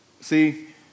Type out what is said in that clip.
See